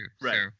Right